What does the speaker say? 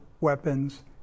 weapons